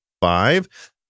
five